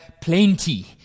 plenty